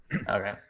Okay